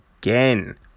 again